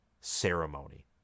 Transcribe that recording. ceremony